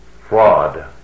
fraud